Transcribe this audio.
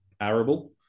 arable